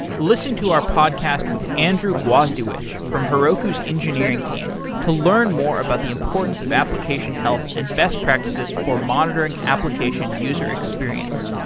listen to our podcast with andrew gwozdziewycz from heroku's engineering team to learn more about the importance of application health, and best practices for monitoring application user experience.